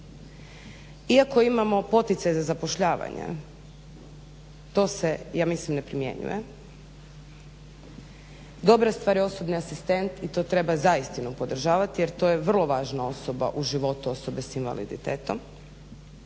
Iako imamo poticaj za zapošljavanje to se ja mislim ne primjenjuje. Dobra stvar je osobni asistent i to treba zaistinu podržavati jer to je vrlo važna osoba u životu osobe s invaliditetom.